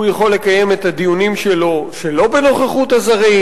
הוא יכול לקיים את הדיונים שלו שלא בנוכחות הזרים,